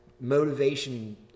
motivation